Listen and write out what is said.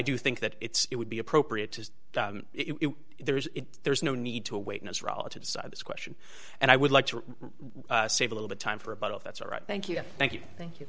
do think that it's it would be appropriate as there is there is no need to await his relatives this question and i would like to save a little time for a bottle that's all right thank you thank you thank you